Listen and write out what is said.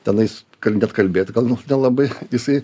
tenais kad net kalbėt gal musų nelabai jisai